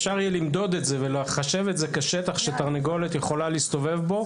אפשר יהיה למדוד את זה ולחשב את זה כשטח שתרנגולת יכולה להסתובב בו,